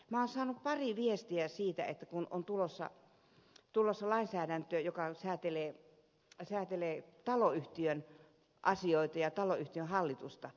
olen saanut pari viestiä kun on tulossa lainsäädäntö joka säätelee taloyhtiön asioita ja taloyhtiön hallitusta